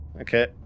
Okay